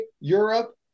Europe